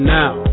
now